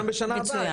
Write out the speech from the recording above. גם בשנה הבאה,